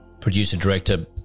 producer-director